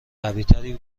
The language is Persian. قویتر